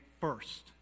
first